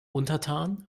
untertan